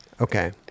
Okay